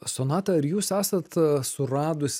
sonata ar jūs esat a suradus